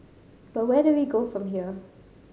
but where do we go from here